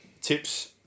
Tips